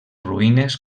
ruïnes